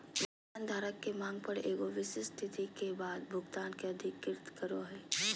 warrant धारक के मांग पर एगो विशिष्ट तिथि के बाद भुगतान के अधिकृत करो हइ